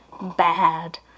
Bad